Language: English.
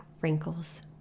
Wrinkles